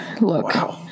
look